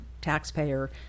taxpayer